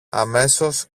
αμέσως